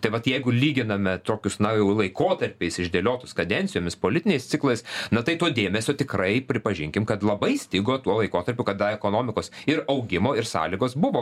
tai vat jeigu lyginame tokius na jau laikotarpiais išdėliotus kadencijomis politiniais ciklais na tai to dėmesio tikrai pripažinkim kad labai stigo tuo laikotarpiu kada ekonomikos ir augimo ir sąlygos buvo